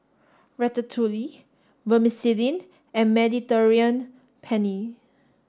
Ratatouille Vermicelli and Mediterranean Penne